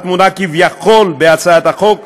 הטמונה כביכול בהצעת החוק,